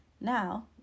Now